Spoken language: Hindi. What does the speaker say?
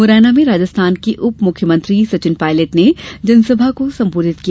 मुरैना में राजस्थान के उप मुख्यमंत्री सचिन पायलट ने जनसभा को संबोधित किया